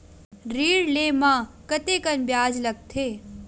ऋण ले म कतेकन ब्याज लगथे?